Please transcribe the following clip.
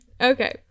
Okay